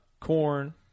corn